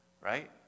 right